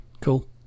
Cool